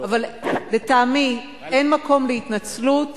אבל לטעמי אין מקום להתנצלות,